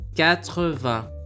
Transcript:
quatre-vingt